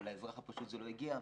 אבל לאזרח הפשוט זה לא הגיע.